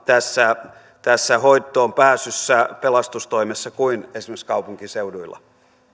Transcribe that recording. tässä tässä hoitoonpääsyssä tai pelastustoimessa kuin esimerkiksi kaupunkiseuduilla